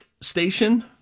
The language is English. station